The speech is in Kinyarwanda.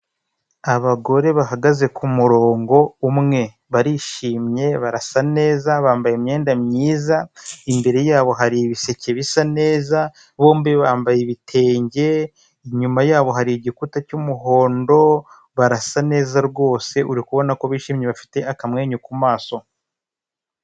Abagore bahagaze ku murongo umwe, barishimye barasa neza, bambaye imyenda myiza, imbere yabo hari ibiseke bisa neza. Bombi bambaye ibitenge, inyuma yabo hari igikuta cy'umuhondo. Barasa neza rwose, uri kubona ko bishimye bafite akamwenyu ku maso.